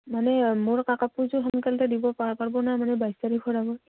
মানে মোৰ কাপোৰযোৰ সোনকালতে দিব পাৰব না মানে বাইছ তাৰিখৰ আগত